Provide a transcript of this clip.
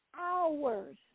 hours